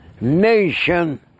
nation